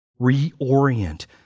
Reorient